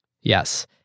yes